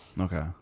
Okay